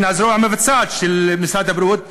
שהן הזרוע המבצעת של משרד הבריאות,